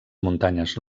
muntanyes